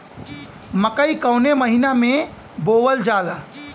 मकई कवने महीना में बोवल जाला?